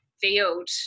field